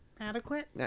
Adequate